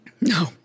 no